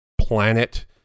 planet